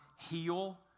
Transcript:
heal